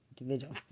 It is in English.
individual